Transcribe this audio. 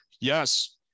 Yes